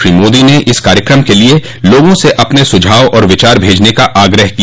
श्री मोदी ने इस कार्यक्रम के लिए लोगों से अपने सुझाव और विचार भेजने का आग्रह किया